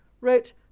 wrote